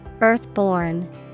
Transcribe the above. Earthborn